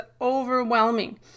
overwhelming